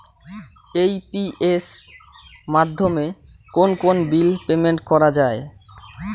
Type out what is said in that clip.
AEPS মাধ্যমে কোন কোন বিল পেমেন্ট করা যায়?